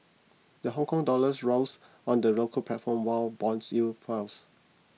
the Hongkong dollars rose on the local platform while bond yields fells